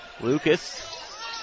Lucas